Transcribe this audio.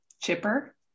chipper